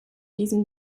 diesem